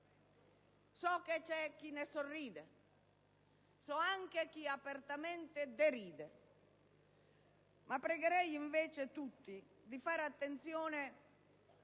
So che c'è chi ne sorride e chi apertamente deride; pregherei invece tutti di fare attenzione